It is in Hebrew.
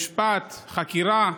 משפטי, וחקירה,